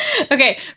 Okay